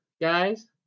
Guys